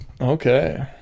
Okay